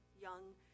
young